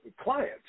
clients